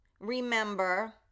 remember